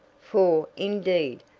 for, indeed,